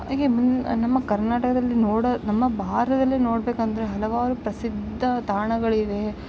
ಹಾಗೆ ಮುನ್ ನಮ್ಮ ಕರ್ನಾಟಕದಲ್ಲಿ ನೋಡ ನಮ್ಮ ಭಾರತದಲ್ಲೆ ನೋಡ್ಬೇಕಂದರೆ ಹಲವಾರು ಪ್ರಸಿದ್ಧ ತಾಣಗಳಿವೆ